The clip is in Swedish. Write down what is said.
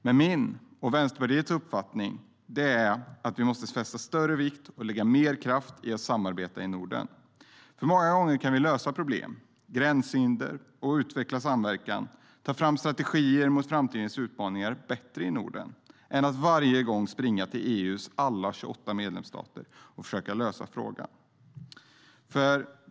Men min och Vänsterpartiets uppfattning är att vi måste fästa större vikt vid samarbetet i Norden och lägga mer kraft på det. Många gånger kan vi lösa problem, få bort gränshinder, utveckla samverkan och ta fram strategier mot framtidens utmaningar bättre i Norden, i stället för att varje gång springa till EU:s alla 28 medlemsstater och försöka lösa frågan.